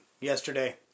yesterday